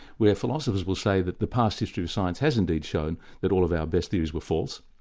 where philosophers will say that the past history of science has indeed shown that all of our best theories were false.